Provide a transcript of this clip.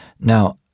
Now